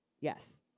yes